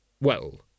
Well